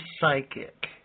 psychic